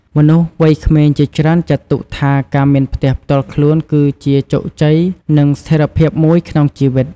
មនុស្សវ័យក្មេងជាច្រើនចាត់ទុកថា ការមានផ្ទះផ្ទាល់ខ្លួនគឹជាជោគជ័យនិងស្ថេរភាពមួយក្នុងជីវិត។